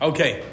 Okay